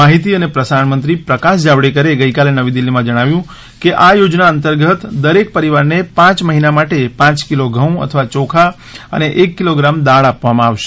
માહિતી અને પ્રસારણ મંત્રી પ્રકાશ જાવડેકરે ગઇકાલે નવી દિલ્ફીમાં જણાવ્યું કે આ યોજના અંતર્ગત દરેક પરિવારને પાંચ મહિના માટે પાંચ કિલો ઘઉં અથવા યોખા અને એક કિલોગ્રામ દાળ આપવામાં આવશે